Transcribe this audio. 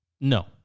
no